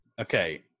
Okay